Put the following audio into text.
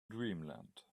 dreamland